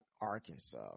Arkansas